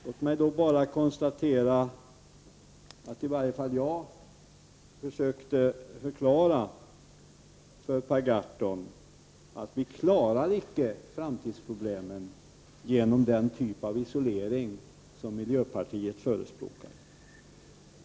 Låt mig bara konstatera att i varje fall jag försökte förklara för Per Gahrton att vi inte klarar av att lösa framtidsproblemen genom den typ av isolering som miljöpartiet förespråkar.